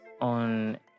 on